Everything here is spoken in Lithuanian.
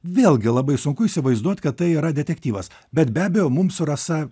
vėlgi labai sunku įsivaizduot kad tai yra detektyvas bet be abejo mums su rasa